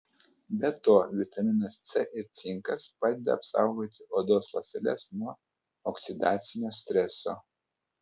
be to vitaminas c ir cinkas padeda apsaugoti odos ląsteles nuo oksidacinio streso